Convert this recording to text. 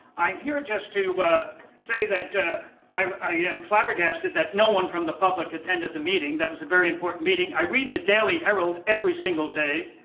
i'm here just to but say that i am flabbergasted that no one from the public attended the meeting. that was a very important meeting. i read the daily herald every single day.